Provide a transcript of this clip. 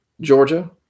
Georgia